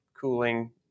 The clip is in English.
cooling